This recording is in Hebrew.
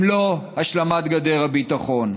אם לא השלמת גדר הביטחון?